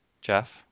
Jeff